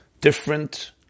different